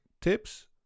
tips